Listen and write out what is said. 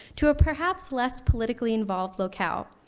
to a perhaps, less politically involved locale.